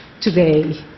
today